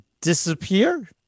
disappear